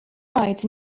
rights